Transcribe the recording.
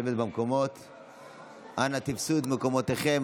אנא תפסו את מקומותיכם,